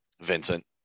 Vincent